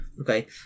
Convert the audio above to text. Okay